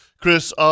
Chris